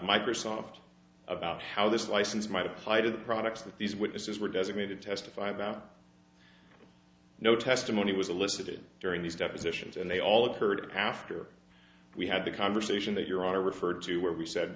microsoft about how this license might apply to the products that these witnesses were designated testify about no testimony was alyssa did during these depositions and they all occurred after we had the conversation that your honor referred to where we said